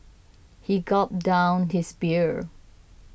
he gulped down his beer